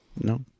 No